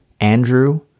Andrew